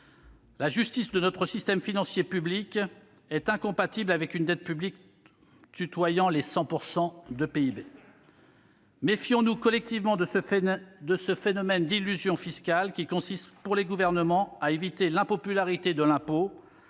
La justice de notre système financier public est incompatible avec une dette publique tutoyant les 100 % du PIB ! Méfions-nous collectivement du phénomène d'illusion fiscale qui consiste pour les gouvernements à éviter l'impopularité de l'impôt